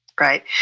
right